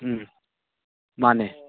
ꯎꯝ ꯃꯥꯅꯦ